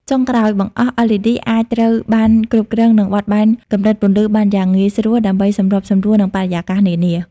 ចុងក្រោយបង្អស់LED អាចត្រូវបានគ្រប់គ្រង និងបត់បែនកម្រិតពន្លឺបានយ៉ាងងាយស្រួល ដើម្បីសម្របសម្រួលនឹងបរិយាកាសនានា។